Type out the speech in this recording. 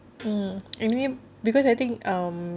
mm anyway because I think um